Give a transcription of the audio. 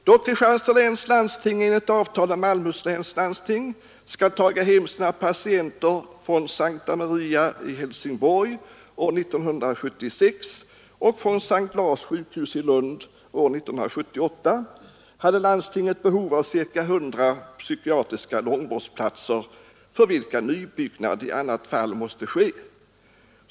Då Kristianstads läns landsting enligt avtal med Malmöhus läns landsting skall taga hem sina patienter från S:ta Maria i Helsingborg år 1976 och från S:t Lars sjukhus i Lund år 1978 hade landstinget behov av ca 100 psykiatriska långvårdsplatser, för vilka nybyggnad i annat fall måste ske.